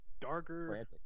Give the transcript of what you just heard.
Darker